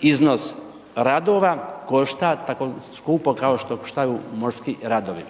iznos radova košta tako skupo kao što koštaju morski radovi.